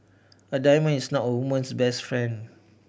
a diamond is not a woman's best friend